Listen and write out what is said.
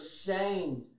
shamed